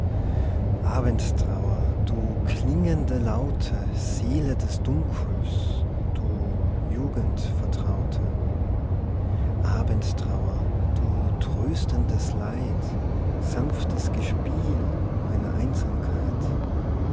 abendtrauer du klingende laute seele des dunkels du jugendvertraute abendtrauer du tröstendes leid sanftes gespiel meiner einsamkeit